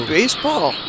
Baseball